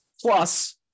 Plus